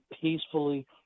peacefully